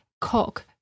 cock